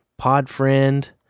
PodFriend